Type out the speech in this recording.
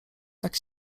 tak